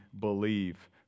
believe